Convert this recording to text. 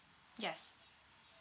yes